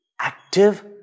active